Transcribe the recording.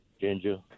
Ginger